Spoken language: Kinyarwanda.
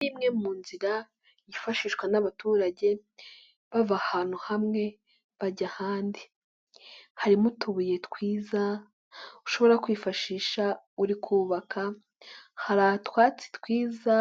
Iyi ni imwe mu nzira yifashishwa n'abaturage bava ahantu hamwe bajya ahandi, harimo utubuye twiza ushobora kwifashisha uri kubaka, hari utwatsi twiza